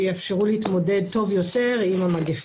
שיאפשרו להתמודד טוב יותר עם המגפה.